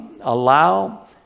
allow